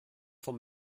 vom